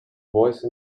voice